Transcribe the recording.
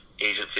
agency